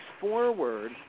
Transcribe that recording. forward